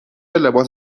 لباس